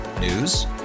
News